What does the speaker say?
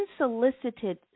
unsolicited